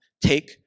take